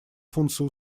функция